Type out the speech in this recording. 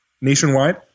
Nationwide